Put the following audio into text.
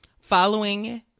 Following